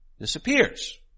disappears